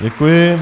Děkuji.